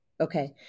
Okay